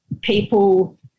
people